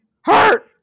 hurt